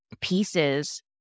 pieces